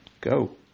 go